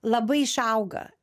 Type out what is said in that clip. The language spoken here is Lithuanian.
labai išauga